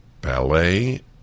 Ballet